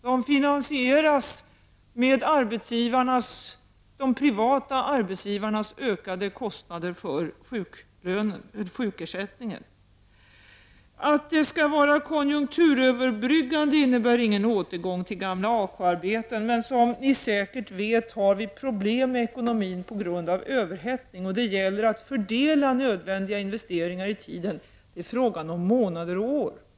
De finansieras genom de privata arbetsgivarnas ökade kostnader för sjukersättningen. Att det skall vara konjunkturöverbryggande innebär ingen återgång till gamla AK-arbeten. Men som ni säkert vet har vi problem med ekonomin på grund av överhettning, och det gäller att fördela nödvändiga investeringar i tiden i fråga om månader och år.